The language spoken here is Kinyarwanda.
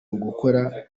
ugukora